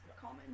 common